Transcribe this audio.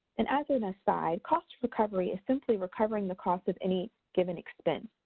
and as an aside, cost recovery is simply recovering the costs of any given expense.